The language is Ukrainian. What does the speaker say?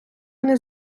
вони